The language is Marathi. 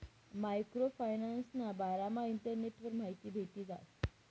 मायक्रो फायनान्सना बारामा इंटरनेटवर माहिती भेटी जास